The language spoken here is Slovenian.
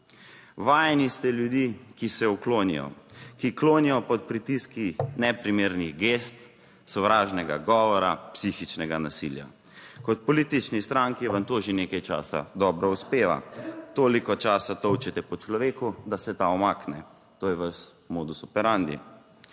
Vajeni ste ljudi, ki se uklonijo, ki klonijo pod pritiski neprimernih gest, sovražnega govora, psihičnega nasilja. Kot politični stranki vam to že nekaj časa dobro uspeva, toliko časa tolčete po človeku, da se ta umakne. To je vaš modus operandi.